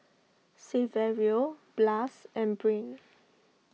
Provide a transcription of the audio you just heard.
Saverio Blas and Brain